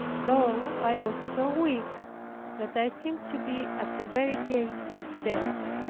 though i was so weak that i seemed to be at the very gates of death.